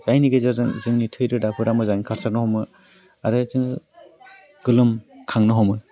जायनि गेजेरजों जोंनि थै रोदाफोरा मोजाङै खारसारनो हमो आरो जोङो गोलोम खांनो हमो